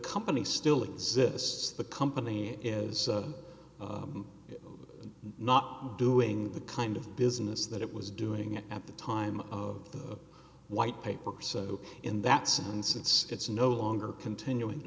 company still exists the company is not doing the kind of business that it was doing at the time of the white paper so in that sense it's it's no longer continuing